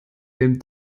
dem